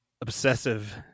obsessive